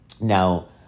Now